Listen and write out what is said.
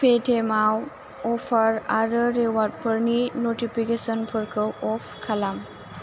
पेटिएमाव अफार आरो रिवार्डफोरनि नटिफिकेसनफोरखौ अफ खालाम